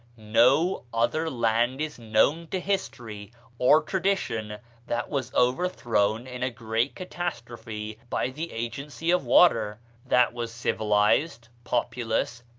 no other land is known to history or tradition that was overthrown in a great catastrophe by the agency of water that was civilized, populous,